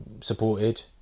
supported